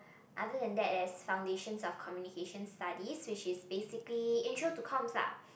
other than that there's foundations of communication studies which is basically intro to comms ah